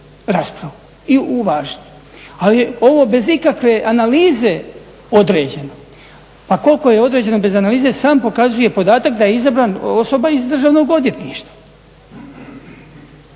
raspravu i uvažiti je. Ali je ovo bez ikakve analize određeno. Pa koliko je određeno bez analize sam pokazuje podatak da je izabran osoba iz Državnog odvjetništva.